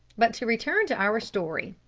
but to return to our story.